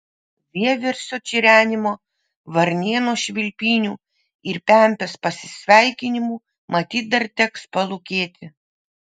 vieversio čirenimo varnėno švilpynių ir pempės pasisveikinimų matyt dar teks palūkėti